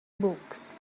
books